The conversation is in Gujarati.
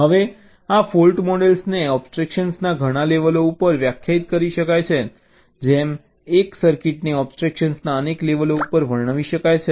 હવે આ ફૉલ્ટ મોડલ્સને એબ્સ્ટ્રેક્શનના ઘણા લેવલો ઉપર વ્યાખ્યાયિત કરી શકાય છે જેમ એક સર્કિટને એબ્સ્ટ્રેક્શનના અનેક લેવલો ઉપર વર્ણવી શકાય છે